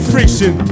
Friction